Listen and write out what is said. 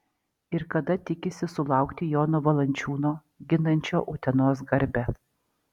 ir kada tikisi sulaukti jono valančiūno ginančio utenos garbę